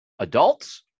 adults